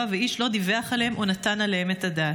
ואיש לא דיווח עליהם או נתן עליהם את הדעת.